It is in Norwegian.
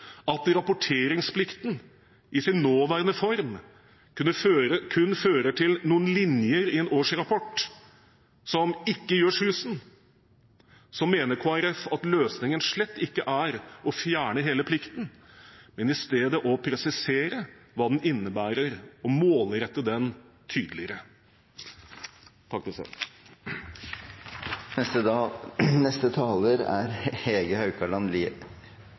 at rapporteringsplikten i sin nåværende form kun fører til noen linjer i en årsrapport som ikke gjør susen, mener Kristelig Folkeparti at løsningen slett ikke er å fjerne hele plikten, men i stedet å presisere hva den innebærer, og målrette den tydeligere. For oss i Arbeiderpartiet er det viktig fortsatt å kjempe for økt likestilling. Det er